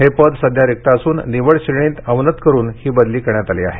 हे पद सध्या रिक्त असून निवड श्रेणीत अवनत करुन ही बदली करण्यात आली आहे